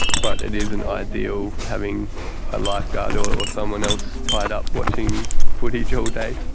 but it isn't ideal having a lifeguard or or someone else tied up watching footage all day.